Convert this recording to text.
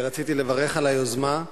רציתי לברך על היוזמה.